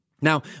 Now